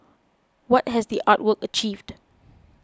what has the art work achieved